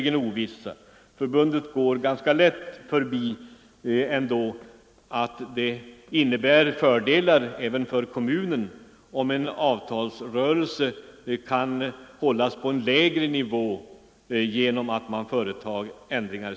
Den är osäker, och förbundet går ganska lätt förbi att det innebär fördelar för kommunen om en avtalsrörelse kan hållas på lägre nivå genom att skattereglerna ändras.